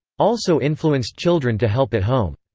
also influenced children to help at home.